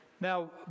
Now